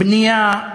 בנייה,